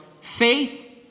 Faith